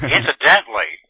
Incidentally